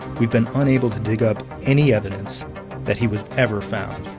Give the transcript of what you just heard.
we've been unable to dig up any evidence that he was ever found.